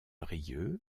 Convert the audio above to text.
rieu